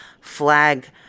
flag